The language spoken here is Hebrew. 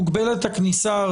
אני שואל אם היום מוגבלת הכניסה?